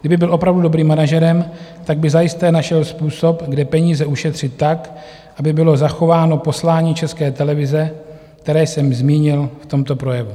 Kdyby byl opravdu dobrým manažerem, tak by zajisté našel způsob, kde peníze ušetřit tak, aby bylo zachováno poslání České televize, které jsem zmínil v tomto projevu.